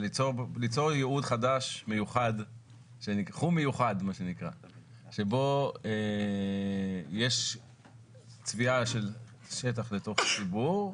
זה ליצור ייעוד חדש חום מיוחד שבו יש צביעה של שטח לצרכי ציבור,